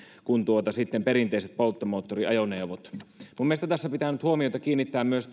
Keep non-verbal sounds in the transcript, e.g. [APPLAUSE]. perinteiset polttomoottoriajoneuvot minun mielestäni tässä pitää nyt huomiota kiinnittää myös [UNINTELLIGIBLE]